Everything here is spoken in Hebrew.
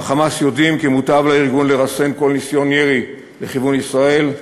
ב"חמאס" יודעים כי מוטב לארגון לרסן כל ניסיון ירי בכיוון ישראל,